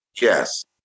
Yes